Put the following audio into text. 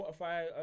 Spotify